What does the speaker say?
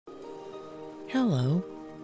Hello